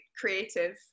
creative